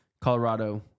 Colorado